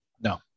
no